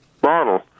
bottle